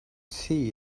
see